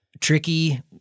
tricky